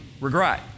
regret